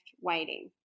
waiting